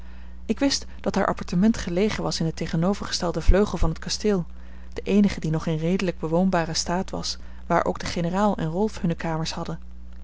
ik wist dat haar appartement gelegen was in den tegenovergestelden vleugel van t kasteel den eenige die nog in redelijken bewoonbaren staat was waar ook de generaal en rolf hunne kamers hadden